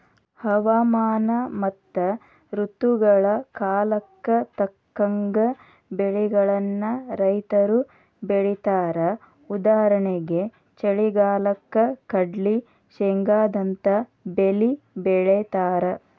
ಹವಾಮಾನ ಮತ್ತ ಋತುಗಳ ಕಾಲಕ್ಕ ತಕ್ಕಂಗ ಬೆಳಿಗಳನ್ನ ರೈತರು ಬೆಳೇತಾರಉದಾಹರಣೆಗೆ ಚಳಿಗಾಲಕ್ಕ ಕಡ್ಲ್ಲಿ, ಶೇಂಗಾದಂತ ಬೇಲಿ ಬೆಳೇತಾರ